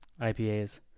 IPAs